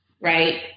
right